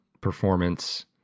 performance